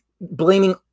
blaming